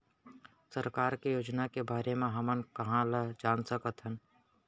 सरकार के योजना के बारे म हमन कहाँ ल जान सकथन?